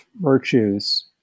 virtues